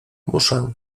muszę